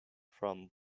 from